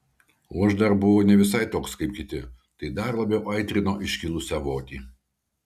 o aš dar buvau ne visai toks kaip kiti tai dar labiau aitrino iškilusią votį